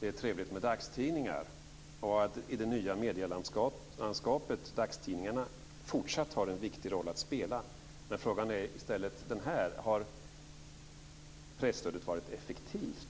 det är trevligt med dagstidningar och att dagstidningarna i det nya medielandskapet fortsatt har en viktig roll att spela. Men frågan är: Har presstödet varit effektivt?